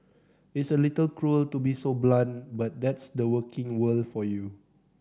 it's a little cruel to be so blunt but that's the working world for you